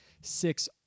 six